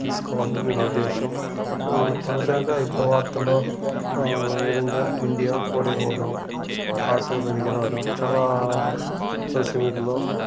తీసుకోవాలని నా ఉద్దేశం తాజాగా ఇప్పుడు వార్తల్లో ఈ విధంగా ఇండియా ఓడిపోవడం ఆస్ట్రేలియా పైన గెలవడం చాలా సోషల్ మీడియాలో